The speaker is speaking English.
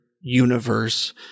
universe